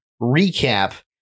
recap